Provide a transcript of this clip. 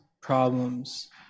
problems